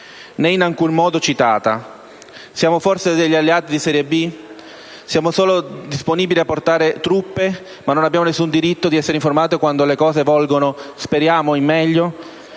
né in alcun modo citata. Siamo forse degli alleati di serie B? Siamo solo disponibili a portare truppe ma non abbiamo nessun diritto ad essere informati quando le cose volgono al meglio?